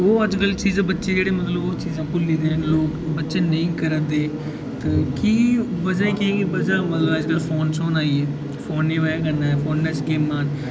ओह् अजकल चीजां बच्चे जेह्ड़े मतलब ओह् चीजां भुल्ली दे न बच्चे नेईं करै दे ते की बजह केह् बजह् अजकल फोन आई दे फोन निं होऐ ते कन्नै फोनै ई गेमां